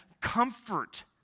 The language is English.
comfort